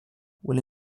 will